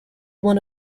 one